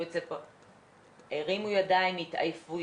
הרימו ידיים והתעייפו,